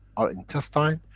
our intestine,